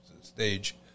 stage